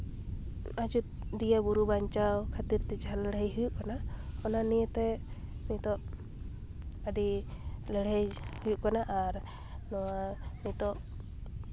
ᱟᱡᱳᱫᱤᱭᱟᱹ ᱵᱩᱨᱩ ᱵᱟᱧᱪᱟᱣ ᱠᱷᱟᱹᱛᱤᱨ ᱛᱮ ᱡᱟᱦᱟᱸ ᱞᱟᱹᱲᱦᱟᱹᱭ ᱦᱩᱭᱩᱜ ᱠᱟᱱᱟ ᱚᱱᱟ ᱱᱤᱭᱮᱛᱮ ᱱᱤᱛᱚᱜ ᱟᱹᱰᱤ ᱞᱟᱹᱲᱦᱟᱹᱭ ᱦᱩᱭᱩᱜ ᱠᱟᱱᱟ ᱟᱨ ᱱᱚᱣᱟ ᱱᱤᱛᱚᱜ